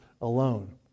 alone